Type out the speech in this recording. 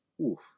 oof